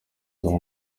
duha